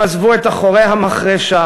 הם עזבו את אחורי המחרשה,